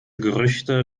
gerüchte